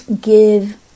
give